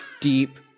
deep